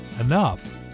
enough